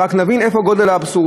רק כדי שנבין את גודל האבסורד.